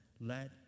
Let